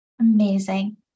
Amazing